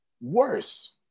worse